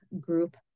group